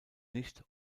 nicht